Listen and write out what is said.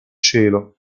cielo